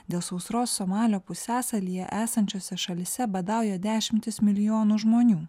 dėl sausros somalio pusiasalyje esančiose šalyse badauja dešimtys milijonų žmonių